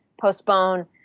postpone